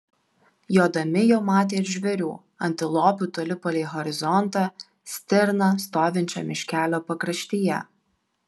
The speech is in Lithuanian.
jodami jau matė ir žvėrių antilopių toli palei horizontą stirną stovinčią miškelio pakraštyje